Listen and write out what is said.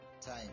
time